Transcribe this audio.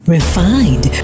Refined